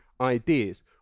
ideas